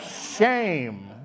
shame